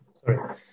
Sorry